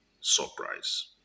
surprise